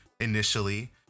Initially